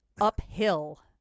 uphill